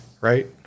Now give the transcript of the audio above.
right